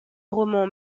roman